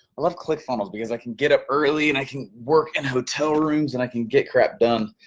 love clickfunnels because i can get up early, and i can work in hotel rooms, and i can get crap done.